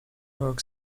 york